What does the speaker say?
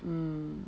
mm